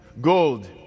gold